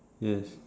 yes